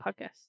podcast